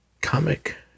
comic